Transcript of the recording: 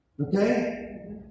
Okay